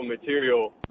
material